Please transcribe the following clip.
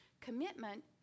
Commitment